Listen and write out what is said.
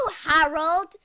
Harold